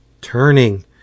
turning